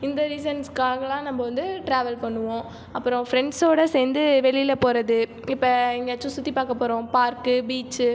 இந்த ரீசன்ஸ்காகலான் நம்ம வந்து ட்ராவல் பண்ணுவோம் அப்புறம் ஃப்ரெண்ட்ஸ்சோட சேர்ந்து வெளியில் போகிறது இப்போ எங்கேயாச்சும் சுற்றி பார்க்க போகிறோம் பார்க்கு பீச்